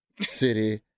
City